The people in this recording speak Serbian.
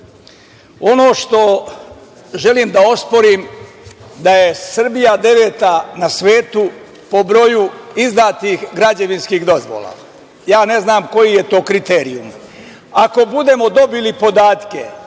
što želim da osporim je da je Srbija deveta na svetu po broju izdatih građevinskih dozvola, ja ne znam koji je to kriterijum, ako budemo dobili podatke